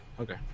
okay